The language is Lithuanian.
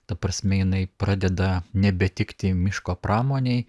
ta prasme jinai pradeda nebetikti miško pramonei